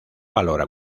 valor